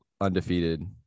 undefeated